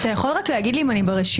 אתה יכול רק להגיד לי אם אני ברשימה?